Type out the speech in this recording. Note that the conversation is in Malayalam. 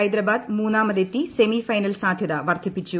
ഹൈദരാബാദ് മൂന്നാമതെത്തി സെമി ഫൈനൽ സാധ്യത വർദ്ധിപ്പിച്ചു